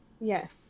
Yes